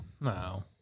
No